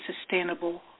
sustainable